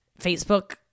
Facebook